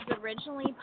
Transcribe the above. originally